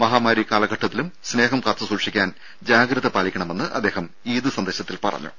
മഹാമാരിക്കാലഘട്ടത്തിലും സ്നേഹം കാത്തുസൂക്ഷിക്കാൻ ജാഗ്രത പാലിക്കണമെന്ന് അദ്ദേഹം ഈദ് സന്ദേശത്തിൽ പറഞ്ഞു